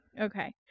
Okay